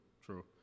true